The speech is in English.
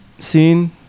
seen